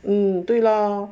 嗯对咯